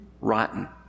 rotten